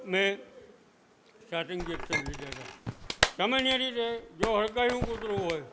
મેં સાત ઇન્જેકશન લીધાં હતાં સામાન્ય રીતે જો હડકાયું કૂતરું હોય